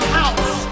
house